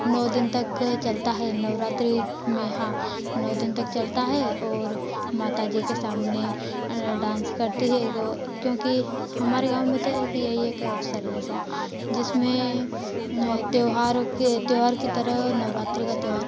नौ दिन तक चलता है नवरात्रि में हाँ नौ दिन तक चलता है और माता जी के सामने डांस करती हैं वो क्योंकि हमारे गाँव में तो एक यही एक अवसर है ऐसा जिसमें त्योहार के त्योहार के तरह नवरात्रि का त्योहार